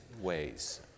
ways